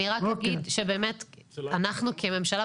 אני רק אגיד שבאמת אנחנו כממשלה,